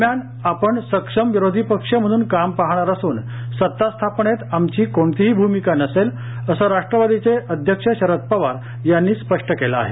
दरम्यान आपण सक्षम विरोधी पक्ष म्हणून काम पाहणार असून सत्तास्थापनेत आमची कोणतीही भूमिका नसेल असं राष्ट्रवादीचे अध्यक्ष शरद पवार यांनी स्पष्ट केलं आहे